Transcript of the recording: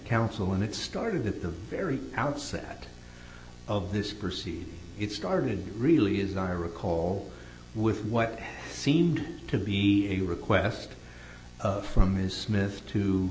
counsel and it started at the very outset of this perceived it started really as i recall with what seemed to be a request from his smith to